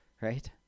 right